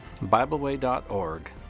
BibleWay.org